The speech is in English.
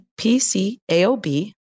PCAOB